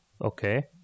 Okay